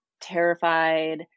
terrified